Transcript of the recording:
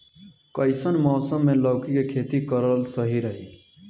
कइसन मौसम मे लौकी के खेती करल सही रही?